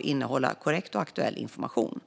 innehålla korrekt och aktuell information.